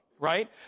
Right